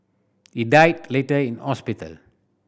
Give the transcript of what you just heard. he died later in hospital